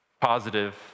positive